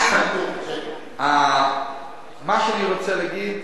מה שאני רוצה להגיד: